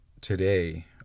today